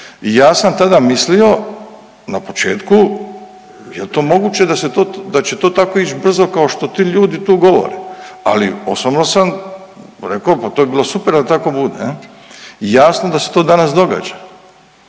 ja sam tada mislio na početku jel to moguće da se to, da će to tako ići brzo kao što ti ljudi tu govore. Ali osobno sam rekao pa to bi bilo super da tako bude jel. Jasno da se to danas događa.